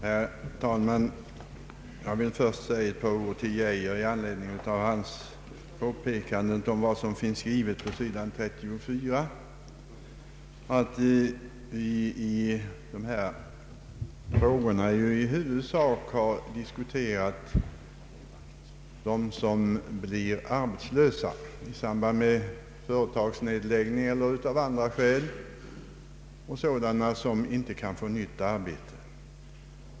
Herr talman! Jag vill först säga ett par ord till herr Geijer med anledning av hans påpekande av vad som finns skrivet på sidan 34. När det gäller förtidspensioneringen har vi i huvudsak diskuterat dem som blir arbetslösa i samband med företagsnedläggning eller av andra skäl och som inte kan få nytt arbete.